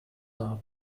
are